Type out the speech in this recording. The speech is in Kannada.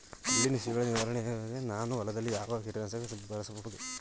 ಬಿಳಿ ನುಸಿಗಳ ನಿವಾರಣೆಗೆ ನಾನು ಹೊಲದಲ್ಲಿ ಯಾವ ಕೀಟ ನಾಶಕವನ್ನು ಬಳಸಬಹುದು?